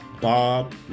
bob